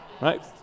right